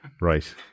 right